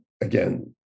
again